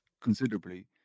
considerably